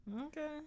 Okay